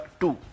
two